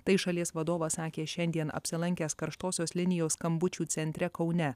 tai šalies vadovas sakė šiandien apsilankęs karštosios linijos skambučių centre kaune